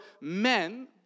men